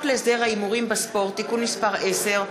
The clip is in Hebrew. להסדר ההימורים בספורט (תיקון מס' 10),